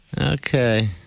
Okay